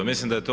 Mislim da je to